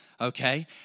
Okay